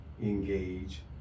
engage